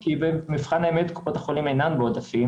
כי במבחן האמת קופות החולים אינן בעודפים.